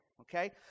okay